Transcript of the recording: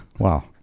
Wow